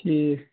ٹھیٖک